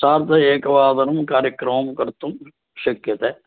सार्ध एकवादनं कार्यक्रमः कर्तुं शक्यते